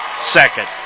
second